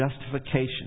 justification